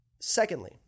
Secondly